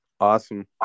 Awesome